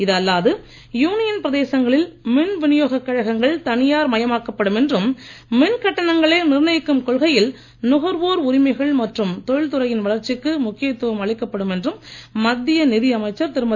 இது அல்லாது யூனியன் பிரதேசங்களில் மின்விநியோக கழகங்கள் தனியார் மயமாக்கப்படும் என்றும் மின்கட்டணங்களை நிர்ணயிக்கும் கொள்கையில் நுகர்வோர் உரிமைகள் மற்றும் தொழில்துறையின் வளர்ச்சிக்கு முக்கியத்துவம் அளிக்கப்படும் என்றும் மத்திய நிதியமைச்சர் திருமதி